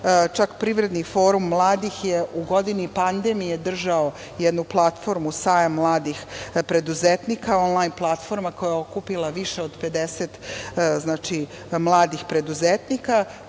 čak Privredni forum mladih je u godini pandemije držao jednu platformu „Sajam mladih preduzetnika“ onlajn platforma koja je okupila više od 50 mladih preduzetnika